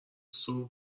صبح